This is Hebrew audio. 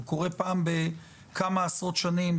הו קורה פעם בכמה עשרות שנים.